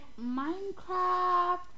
Minecraft